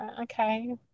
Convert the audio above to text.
okay